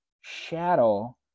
shadow